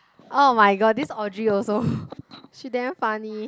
oh-my-god this Audrey also she damn funny